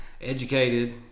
educated